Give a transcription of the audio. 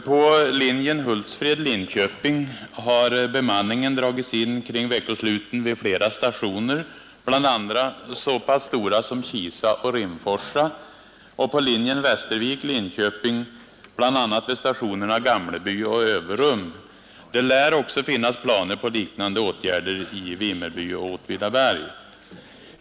På linjen Hultsfred—Linköping har bemanningen dragits in kring veckosluten vid flera stationer, bland andra så pass stora som Kisa och Rimforsa, och på linjen Västervik—Linköping, bl.a. vid stationerna Gamleby och Överum. Det lär också finnas planer på liknande åtgärder vid Vimmerby och Åtvidaberg.